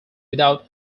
without